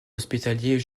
hospitalier